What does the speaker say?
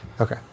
okay